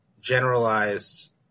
generalized